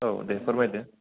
औ दे फोरमायदो